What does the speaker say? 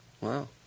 Wow